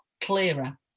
clearer